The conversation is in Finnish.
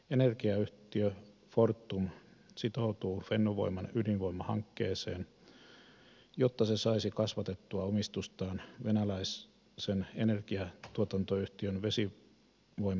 energiayhtiö fortum sitoutuu fennovoiman ydinvoimahankkeeseen jotta se saisi kasvatettua omistustaan venäläisen energiatuotantoyhtiön vesivoimatuotannosta